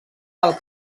del